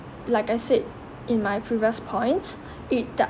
like I said in my previous points it does